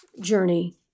journey